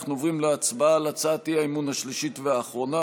אנחנו עוברים להצבעה על הצעת האי-אמון השלישית והאחרונה,